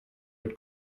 mit